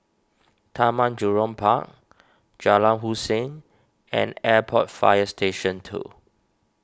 Taman Jurong Park Jalan Hussein and Airport Fire Station two